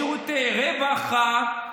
שירותי רווחה,